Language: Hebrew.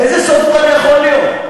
איזה סוף כבר יכול להיות?